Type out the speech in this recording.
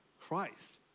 Christ